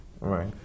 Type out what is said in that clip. Right